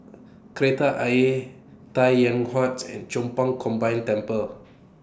Kreta Ayer Tai Yuan Huat's and Chong Pang Combined Temple